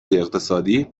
اقتصادی